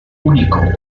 único